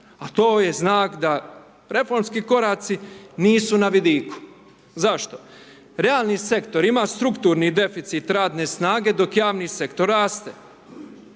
a to je znak da reformski koraci nisu na vidiku, zašto? Realni sektor ima strukturni deficit radne snage, dok javni …/Govornik